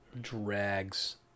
drags